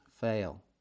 fail